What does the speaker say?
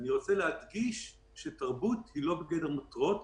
אני רוצה להדגיש שתרבות היא לא בגדר מותרות,